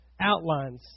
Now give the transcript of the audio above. outlines